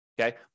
Okay